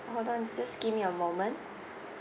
hold on just give me a moment